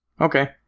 Okay